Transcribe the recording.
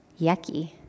yucky